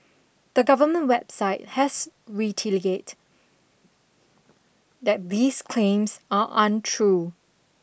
the government website has reteliate that these claims are untrue